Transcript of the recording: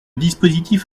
dispositif